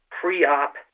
pre-op